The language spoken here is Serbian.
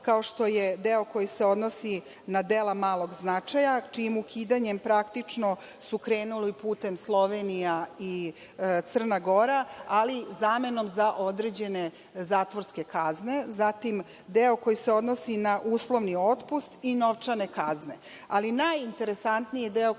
kao što je deo koji se odnosi na dela malog značaja, čijim ukidanjem su praktično krenuli putem Slovenija i Crna Gora, ali zamenom za određene zatvorske kazne. Zatim, deo koji se odnosi na uslovni otpust i novčane kazne. Najinteresantniji deo